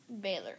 Baylor